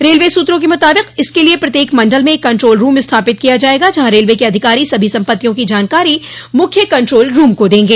railway सूत्रों के मुताबिक इसके लिए प्रत्येक मंडल में एक कंट्रोल रूम स्थापित किया जायेगा जहां रेलवे के अधिकारी सभी सम्पत्तियों की जानकारी मुख्य कंट्रोल रूम को देंगे